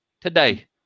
today